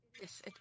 Yes